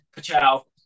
Ciao